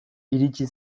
iritsi